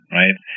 right